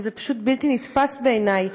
וזה פשוט בלתי נתפס בעיני,